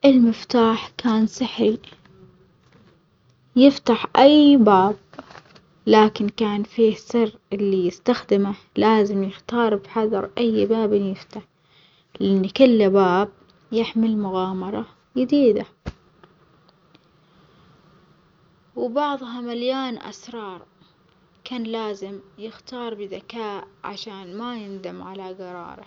المفتاح كان سحري يفتح أي باب، لكن كان فيه سر اللي يستخدمه لازم يختار بحذر أي باب يفتح لأن كل باب يحمل مغامرة يديدة، وبعظها مليان أسرار كان لازم يختار بذكاء عشات ما يندم على جراره.